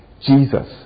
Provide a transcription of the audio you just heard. Jesus